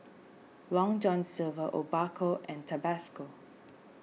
Long John Silver Obaku and Tabasco